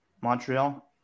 Montreal